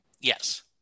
Yes